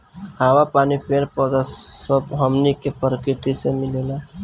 हवा, पानी, पेड़ पौधा सब हमनी के प्रकृति से मिलेला